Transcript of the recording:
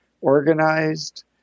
organized